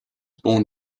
born